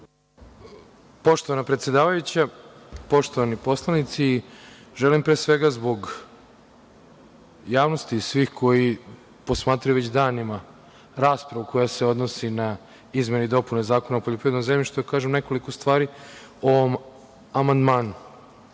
Poštovana predsedavajuća, poštovani poslanici, želim pre svega zbog javnosti i svih koji posmatraju već danima raspravu koja se odnosi na izmene i dopune Zakona o poljoprivrednom zemljištu da kažem nekoliko stvari o ovom